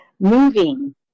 Moving